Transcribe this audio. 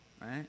right